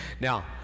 Now